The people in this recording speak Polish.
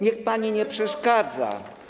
Niech pani nie przeszkadza.